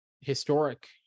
historic